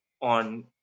on